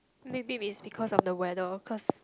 maybe is because of the weather of course